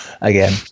again